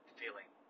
feeling